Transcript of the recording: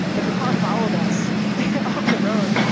but the car followed us off the road.